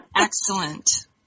Excellent